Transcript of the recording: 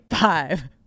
five